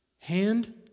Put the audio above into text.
Hand